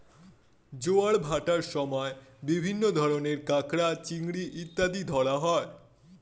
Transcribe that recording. জোয়ার ভাটার সময় বিভিন্ন ধরনের কাঁকড়া, চিংড়ি ইত্যাদি ধরা হয়